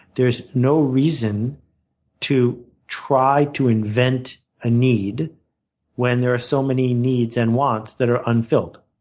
there's no reason to try to invent a need when there are so many needs and wants that are unfilled.